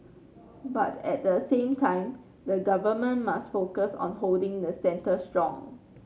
but at the same time the Government must focus on holding the centre strong